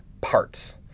parts